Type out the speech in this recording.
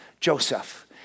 Joseph